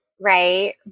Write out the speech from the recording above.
Right